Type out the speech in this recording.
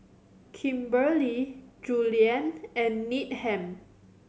Kimberely Julianne and Needham